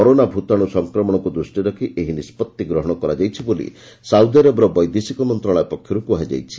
corona ଭୂତାଣୁ ସଂକ୍ରମଣକୁ ଦୃଷ୍ଟିରେ ରଖି ଏହି ନିଷ୍ପତ୍ତି ଗ୍ରହଣ କରାଯାଇଛି ବୋଲି ସାଉଦି ଆରବର ବୈଦେଶିକ ମନ୍ତ୍ରଶାଳୟ ପକ୍ଷରୁ କୁହାଯାଇଛି